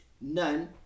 None